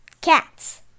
Cats